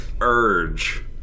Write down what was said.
urge